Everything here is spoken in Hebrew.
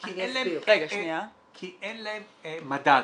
כי אין להם מדד.